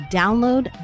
download